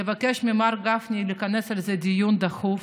לבקש ממר גפני לכנס על זה דיון דחוף